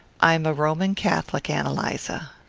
i'm a roman catholic, ann eliza.